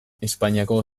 espainiako